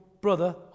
brother